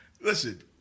listen